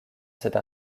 cette